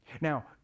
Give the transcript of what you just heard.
Now